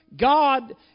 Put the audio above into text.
God